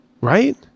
Right